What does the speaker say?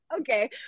okay